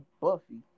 Buffy